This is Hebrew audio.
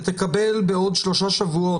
שהייתה מקבלת בעוד שלושה שבועות,